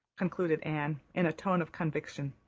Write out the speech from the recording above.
concluded anne in a tone of conviction.